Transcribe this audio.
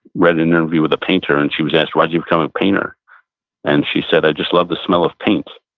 read an interview with a painter. and she was asked, why did you become a painter and she said, i just loved the smell of paint.